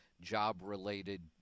job-related